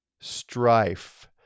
strife